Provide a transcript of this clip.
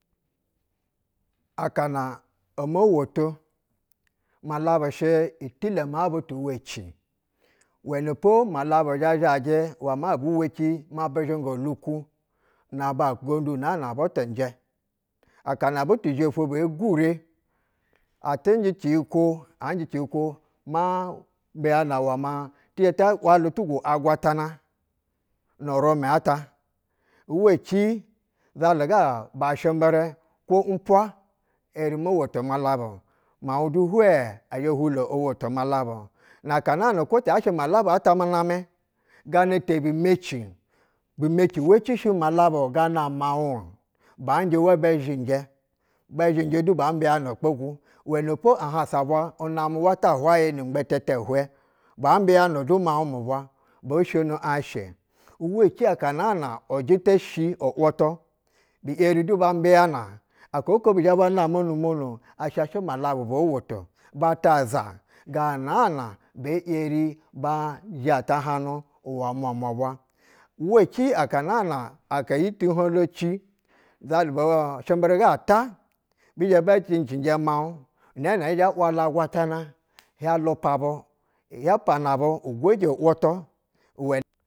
Akana omo woto malabu shɛ titɛ maa butu weci unɛnɛpo malabu zhɛ zhajɛ ma ebu weci ma bizhing uluku na bacigonƌu naa na butu ujɛ akana butu zhe ofwo bee gure abɛ njɛ ciyikwa anjɛ ciyikwo ma mbiyana uwɛ mabi zhɛ ba wa lu tugwo agwtatana nu rumɛ ata uwa ci zalu ga ba ashɛmbɛrɛ kwo unyiwa yeri mo wito malabu nsiauŋ hwɛ ɛzhɛhwulo owoto mala bu naba nɛɛnɛ kwo malabuta mu namɛ ganate bi meci, bimeci weci shi malabu ga miauŋ-o banjo wa bɛ zhinjɛ bɛ zhinjɛ du ba mbiana ukpogu uwɛnɛ po ahawa bwa namɛ wa ta hwayɛ ni ngbɛtɛtɛ ihwɛ ba mbiana du miaun mu bwa, boshono aŋ eshe ici aka naa ujita shi’u wutu’ ŋi yeri du ba mbiana aka ɛko bi zhɛ ba nama ni munɛ asha shɛ modabu bo woto bata aza ganaa na ye yeri ba yaga hwana uwɛ mwamwa bwa uwa ci aka naana iyi tu hoŋjo ci zalu bu ɛ ashɛmbɛrɛ ga-ata, bizhɛ bɛ zhingi cinjɛ miauŋ nɛɛnɛ ɛhi zhɛ hia wahu aqwatana hia lupa bu, hia pana bu ugwojɛ u wutu iwɛ.